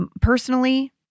personally